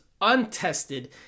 untested